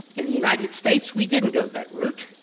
in the united states we didn't go that route.